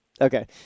Okay